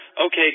Okay